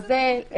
אז זה אליהם.